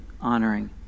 honoring